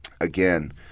Again